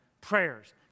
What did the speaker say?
prayers